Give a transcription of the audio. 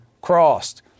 crossed